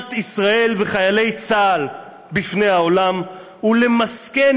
מדינת ישראל ושל חיילי צה"ל בפני העולם ולהפוך למסכן